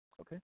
okay